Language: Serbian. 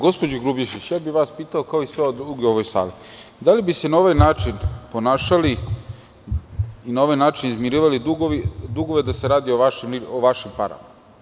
Gospođo Grubješić, pitao bih vas, kao i sve druge u ovoj sali, da li bi se na ovaj način ponašali i na ovaj način izmirivali dugove da se radi o vašim parama?